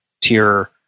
Tier